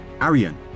Arian